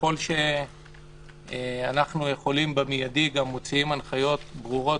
וככל שאנחנו יכולים במיידי גם מוציאים הנחיות ברורות,